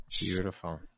Beautiful